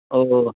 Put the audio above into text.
ও ও